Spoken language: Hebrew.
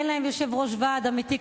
אין להם יושב-ראש ועד אמיתי,